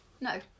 No